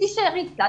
תישארי קצת,